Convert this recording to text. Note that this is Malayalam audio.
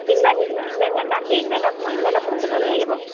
ഇന്നലെ ഇന്നലെ ഇന്നലെ രണ്ടാം തീയതി ഇന്നലെ ഇന്നലെ പന്ത്രണ്ട് മണി കഴിഞ്ഞപ്പം